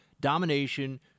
domination